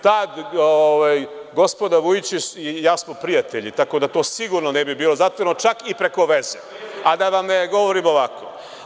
Ta gospoda Vujić i ja smo prijatelji, tako da to sigurno ne bi bilo zatvoreno, čak i preko veze, a da vam ne govorim ovako.